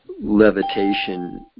levitation